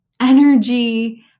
energy